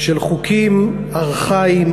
של חוקים ארכאיים,